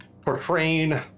portraying